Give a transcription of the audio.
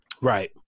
right